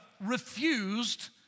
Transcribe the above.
refused